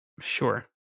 Sure